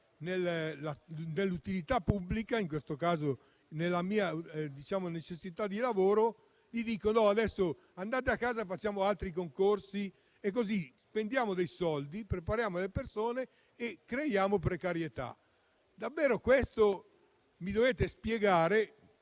nell'utilità pubblica - in questo caso nella mia necessità di lavoro - dicessi loro di andare a casa e facessi altri concorsi. Così spendiamo dei soldi, prepariamo le persone e creiamo precarietà. Mi dovete spiegare